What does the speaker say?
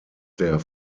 der